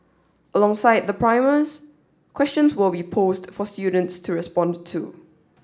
alongside the primers questions will be posed for students to respond to